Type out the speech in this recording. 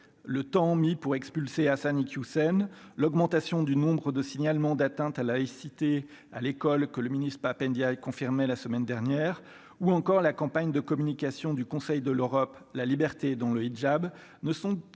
le temps mis pour expulser Hassan Iquioussen l'augmentation du nombre de signalements d'atteintes à la laïcité à l'école que le ministre-pape Ndyaye confirmé la semaine dernière, ou encore la campagne de communication du Conseil de l'Europe, la liberté dans le hidjab ne sont que